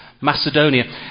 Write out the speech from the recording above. Macedonia